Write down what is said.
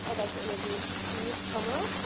and like to introduce steve komarow.